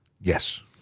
Yes